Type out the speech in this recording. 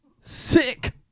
sick